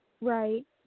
Right